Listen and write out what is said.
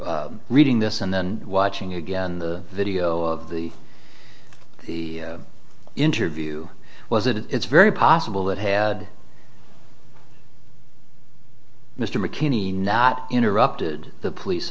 impression reading this and then watching again the video of the the interview was it it's very possible that had mr mckinney not interrupted the police